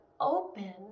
open